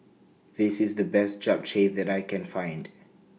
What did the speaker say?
This IS The Best Japchae that I Can Find